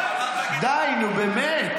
אתה תגיד, די, נו באמת.